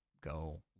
go